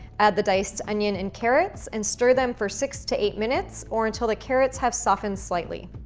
add the diced onions and carrots and stir them for six to eight minutes or until the carrots have softened slightly.